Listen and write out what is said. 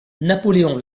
napoléon